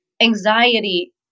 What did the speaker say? anxiety